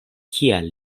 kial